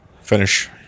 finish